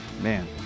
Man